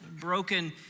Broken